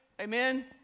Amen